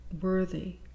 worthy